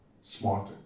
smarter